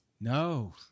No